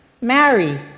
Mary